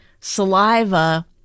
saliva